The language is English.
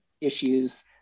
issues